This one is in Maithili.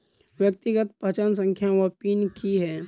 व्यक्तिगत पहचान संख्या वा पिन की है?